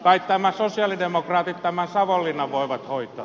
kai sosialidemokraatit tämän savonlinnan voivat hoitaa